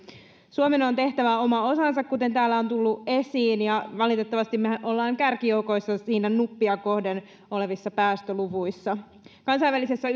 suomen on tehtävä oma osansa kuten täällä on tullut esiin ja valitettavasti mehän olemme kärkijoukoissa nuppia kohden olevissa päästöluvuissa kasainvälisessä